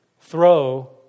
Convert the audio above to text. throw